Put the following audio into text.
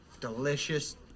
delicious